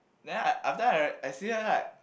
then I I'm still have I see her like